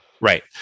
Right